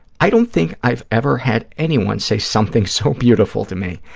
i don't think i've ever had anyone say something so beautiful to me.